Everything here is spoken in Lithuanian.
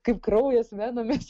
kaip kraujas venomis